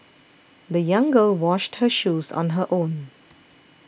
the young girl washed her shoes on her own